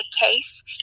case